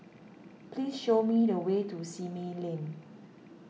please show me the way to Simei Lane